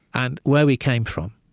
and where we came from,